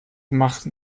machten